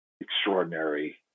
extraordinary